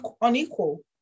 unequal